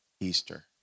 Easter